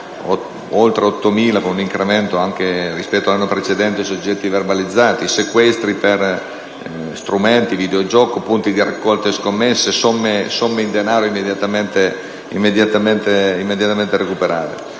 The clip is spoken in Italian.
oltre 8.000, con un incremento anche rispetto all'anno precedente, i soggetti verbalizzati; sequestri per strumenti di videogioco, punti di raccolta scommesse, somme in denaro immediatamente recuperate.